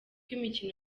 imikino